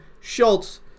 Schultz